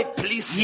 please